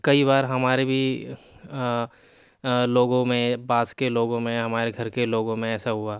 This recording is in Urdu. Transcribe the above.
کئی بار ہمارے بھی لوگوں میں پاس کے لوگوں میں ہمارے گھر کے لوگوں میں ایسا ہوا